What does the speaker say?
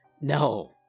No